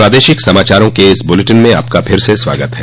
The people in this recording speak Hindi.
प्रादेशिक समाचारों के इस बुलेटिन में आप का फिर स्वागत है